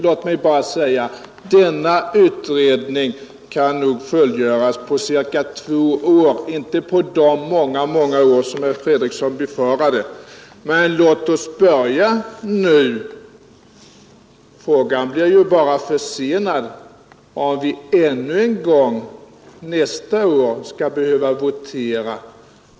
Låt mig bara säga: Denna utredning kan nog slutföras på cirka två år — inte på de många, många år som herr Fredriksson befarade. Men låt oss börja nu. Frågan blir ju bara försenad, om vi ännu en gång — nästa år — skall behöva votera.